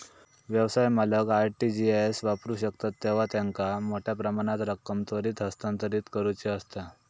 व्यवसाय मालक RTGS वापरू शकतत जेव्हा त्यांका मोठ्यो प्रमाणात रक्कम त्वरित हस्तांतरित करुची असता